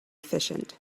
efficient